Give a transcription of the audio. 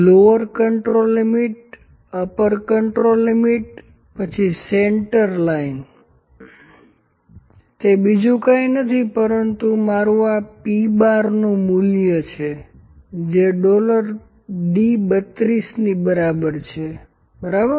lower control limit upper control limit પછી centre line તે બીજુ કંઈ નથી પરંતુ મારું આ p બારનુ મૂલ્ય છે જે ડોલર D32 ની બરાબર છે બરાબર